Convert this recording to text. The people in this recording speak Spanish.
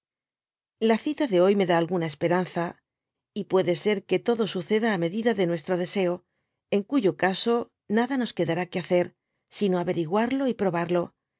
la cita de hoy me dá alguna esperanza y puede ser qn todo suceda á medida de nuestro deseo en cuyo caso nada nos quedará que hacer sino averiguarlo y probarlo